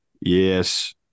Yes